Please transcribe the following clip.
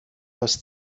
was